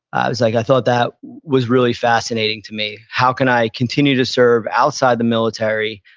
i was like, i thought that was really fascinating to me. how can i continue to serve outside the military?